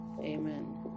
Amen